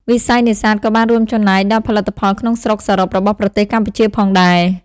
វិស័យនេសាទក៏បានរួមចំណែកដល់ផលិតផលក្នុងស្រុកសរុបរបស់ប្រទេសកម្ពុជាផងដែរ។